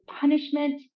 punishment